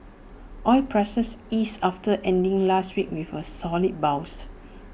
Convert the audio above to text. oil prices eased after ending last week with A solid bounce